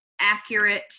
accurate